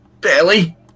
Barely